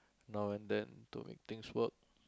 now and then to make things work